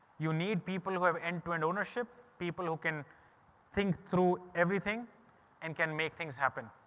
you need people who have end to end ownership, people who can think through everything and can make things happen.